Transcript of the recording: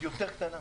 יותר קטנה.